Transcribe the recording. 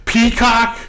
Peacock